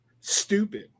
stupid